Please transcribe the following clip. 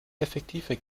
effektiver